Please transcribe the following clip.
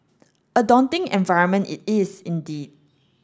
a daunting environment it is indeed